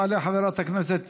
תעלה חברת הכנסת